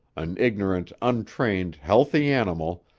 an ignorant, untrained, healthy animal,